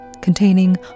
containing